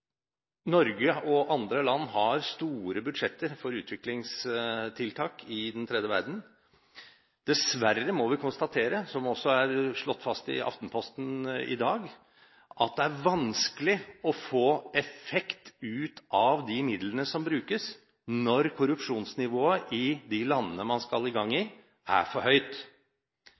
Norge og andre land har store budsjetter for utviklingstiltak i den tredje verden. Dessverre må vi konstatere, som også er slått fast i Aftenposten i dag, at det er vanskelig å få effekt ut av de midlene som brukes når korrupsjonsnivået i de landene man skal i gang i, er for høyt.